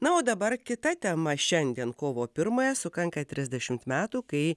na o dabar kita tema šiandien kovo piemąją sukanka trisdešimt metų kai